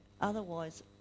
otherwise